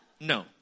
No